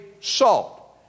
salt